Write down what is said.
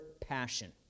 passion